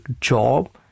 job